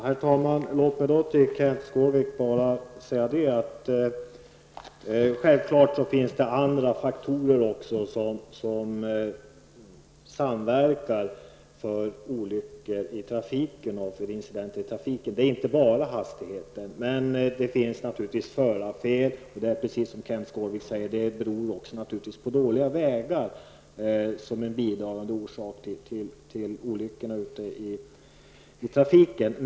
Herr talman! Låt mig till Kenth Skårvik säga att det självfallet inte bara är hastigheten som orsakar incidenter och olyckor i trafiken. Det kan röra sig om felbeteenden hos föraren, och det kan också vara dåliga vägar som orsakar olyckor i trafiken.